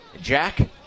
Jack